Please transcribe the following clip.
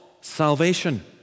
salvation